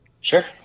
Sure